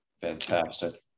fantastic